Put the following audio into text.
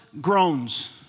groans